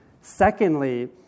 Secondly